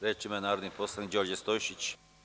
Reč ima narodni poslanik Đorđe Stojšić.